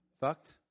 Fucked